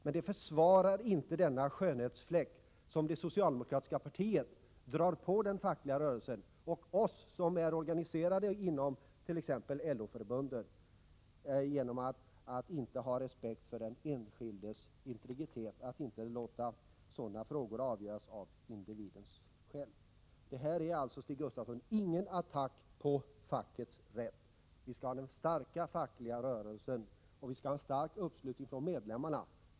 Men det försvarar inte denna skönhetsfläck, som det socialdemokratiska partiet sätter genom att inte hysa respekt för den enskildes integritet och genom att inte låta frågan om anslutning få avgöras av individen själv. Kritiken innebär inte, Stig Gustafsson, någon attack mot facket. Vi behöver en stark facklig rörelse, och vi skall ha en god uppslutning från medlemmarna.